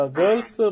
girls